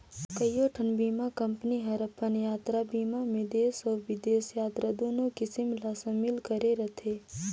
कयोठन बीमा कंपनी हर अपन यातरा बीमा मे देस अउ बिदेस यातरा दुनो किसम ला समिल करे रथे